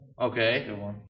Okay